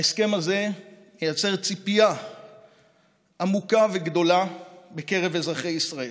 ההסכם הזה מייצר ציפייה עמוקה וגדולה בקרב אזרחי ישראל,